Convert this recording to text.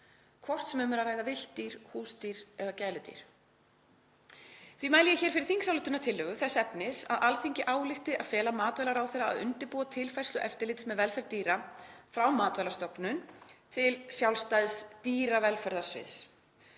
hvort sem um er að ræða villt dýr, húsdýr eða gæludýr. Því mæli ég fyrir þingsályktunartillögu þess efnis að Alþingi álykti að fela matvælaráðherra að undirbúa tilfærslu eftirlits með velferð dýra frá Matvælastofnun til sjálfstæðs dýravelferðarsviðs.